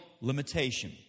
limitation